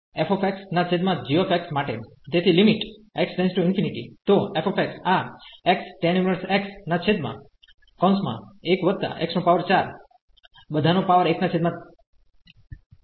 તેથી limit x→∞ તો f આx tan 1 x1x413 હતું